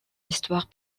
histoire